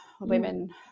women